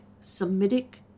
Semitic